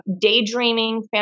daydreaming